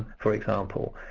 for example.